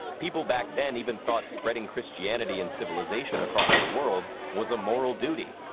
people back then even thought spreading christianity and civilization across the world was a moral duty.